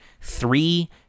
three